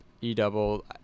E-Double